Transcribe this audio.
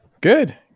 Good